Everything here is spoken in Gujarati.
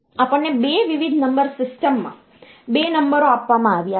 આપણને 2 વિવિધ નંબર સિસ્ટમમાં 2 નંબરો આપવામાં આવ્યા છે